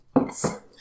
Yes